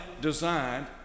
designed